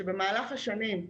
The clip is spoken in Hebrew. שבמהלך השנים,